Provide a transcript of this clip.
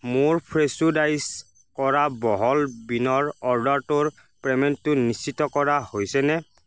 মোৰ fresh dice কৰা বহল বীনৰ অৰ্ডাৰটোৰ পে'মেণ্টটো নিশ্চিত কৰা হৈছেনে